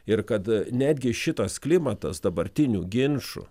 ir kad netgi šitas klimatas dabartinių ginčų